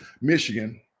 michigan